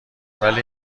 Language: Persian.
ولی